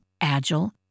agile